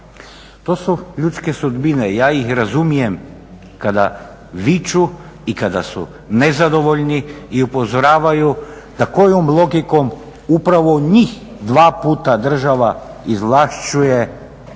To su ljudske sudbine, ja ih razumijem kada viču i kada su nezadovoljni i upozoravaju da kojom logikom da upravo njih dva puta država izvlašćuje i